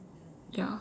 ya